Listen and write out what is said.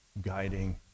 guiding